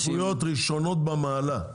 סדרי עדיפויות ראשונות במעלה,